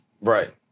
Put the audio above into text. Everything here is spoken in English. Right